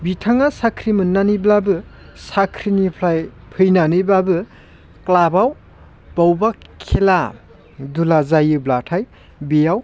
बिथाङा साख्रि मोननानैब्लाबो साख्रिनिफ्राय फैनानैब्लाबो क्लाबाव बबावबा खेला दुला जायोब्लाथाय बियाव